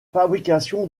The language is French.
fabrication